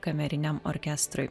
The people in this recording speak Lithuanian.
kameriniam orkestrui